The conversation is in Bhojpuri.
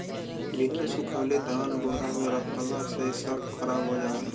बिना सुखवले धान बोरा में रखला से सब खराब हो जाला